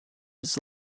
his